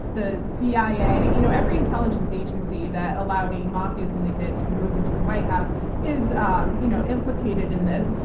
the cia, you know every intelligence agency that allowed a mafia syndicate to move into the white house is um you know implicated in this.